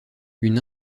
une